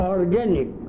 Organic